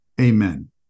amen